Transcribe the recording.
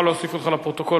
התשע"ב 2012,